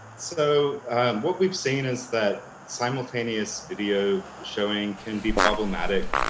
so what we have seen is that simultaneous video showing can be problematic,